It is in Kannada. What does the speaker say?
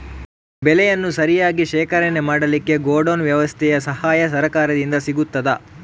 ಬೆಳೆಯನ್ನು ಸರಿಯಾಗಿ ಶೇಖರಣೆ ಮಾಡಲಿಕ್ಕೆ ಗೋಡೌನ್ ವ್ಯವಸ್ಥೆಯ ಸಹಾಯ ಸರಕಾರದಿಂದ ಸಿಗುತ್ತದಾ?